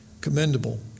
commendable